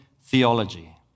theology